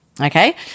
Okay